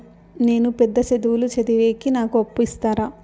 నేను పెద్ద చదువులు చదివేకి నాకు అప్పు ఇస్తారా